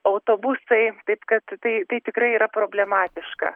autobusai taip kad tai tai tikrai yra problematiška